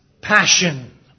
passion